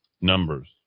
numbers